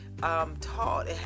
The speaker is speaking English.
taught